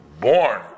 born